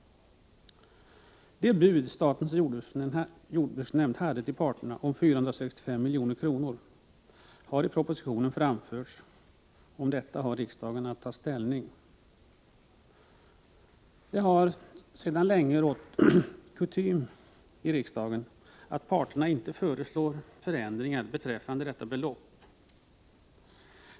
Det bud som statens jordbruksnämnd förelade parterna om 465 milj.kr. har framförts i propositionen, och till detta har riksdagen att ta ställning. Det har sedan länge varit kutym i riksdagen att parterna inte föreslås förändringar av detta belopp.